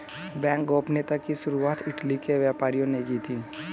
bank गोपनीयता की शुरुआत इटली के व्यापारियों ने की थी